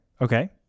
Okay